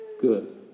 good